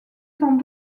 sans